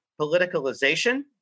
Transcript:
politicalization